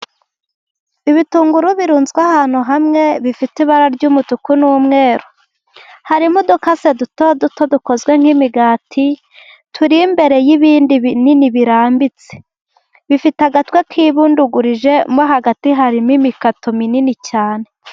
Ibitunguru birunzwe ahantu hamwe bifite ibara ry'umutuku n'umweru harimo udukase duto duto dukozwe nk'imigati turi imbere y'ibindi binini birambitse, bifite agatwe kibundugurije mo hagati harimo imikato minini cyane.